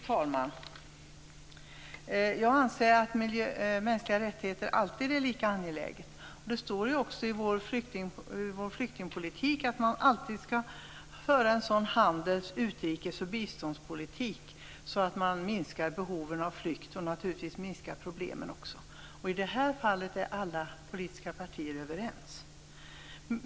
Fru talman! Jag anser att mänskliga rättigheter alltid är lika angelägna. Det står också när det gäller vår flyktingpolitik att man alltid skall föra en sådan handels-, utrikes och biståndspolitik att man minskar behoven av flykt och att man naturligtvis minskar problemen. I det här fallet är alla politiska partier överens.